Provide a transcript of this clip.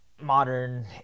modern